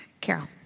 Carol